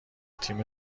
تیم